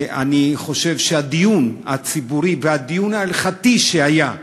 אני חושב שהדיון הציבורי והדיון ההלכתי שהיה,